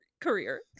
career